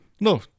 No